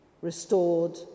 restored